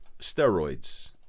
Steroids